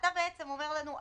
אתה בעצם אומר לנו,